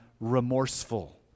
remorseful